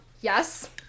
Yes